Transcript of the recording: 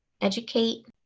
educate